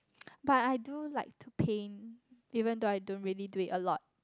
but I do like to paint even though I don't really do it a lot